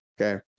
Okay